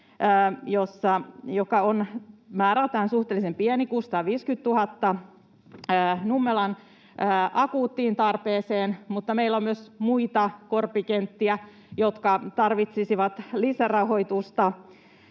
joka on määrältään suhteellisen pieni, 650 000, Nummelan akuuttiin tarpeeseen, mutta meillä on myös muita korpikenttiä, jotka tarvitsisivat lisärahoitusta